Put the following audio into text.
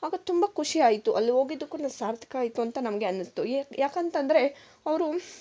ಆಗ ತುಂಬ ಖುಷಿ ಆಯಿತು ಅಲ್ಲಿ ಹೋಗಿದ್ದಕ್ಕೂ ಸಾರ್ಥಕ ಆಯ್ತು ಅಂತ ನಮಗೆ ಅನಿಸ್ತು ಏಕೆಂತಂದ್ರೆ ಅವರು